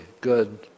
good